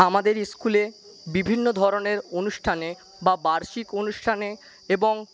আমাদের স্কুলে বিভিন্ন ধরনের অনুষ্ঠানে বা বার্ষিক অনুষ্ঠানে এবং